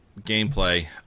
gameplay